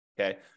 Okay